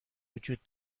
وجود